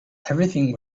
everything